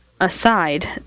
aside